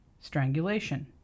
strangulation